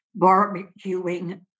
barbecuing